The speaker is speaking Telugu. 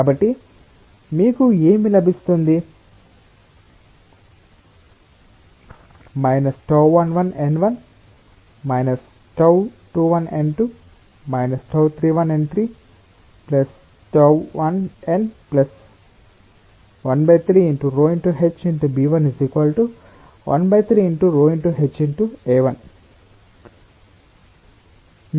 కాబట్టి మీకు ఏమి లభిస్తుంది τ11n1 - τ21n2 - τ31n3 T1n 13 × 𝜌 × h × b1 13× 𝜌 × h ×a1